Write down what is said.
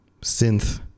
Synth